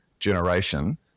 generation